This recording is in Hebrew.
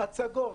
הצגות,